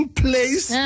place